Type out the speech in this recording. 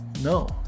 No